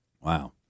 Wow